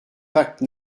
pacte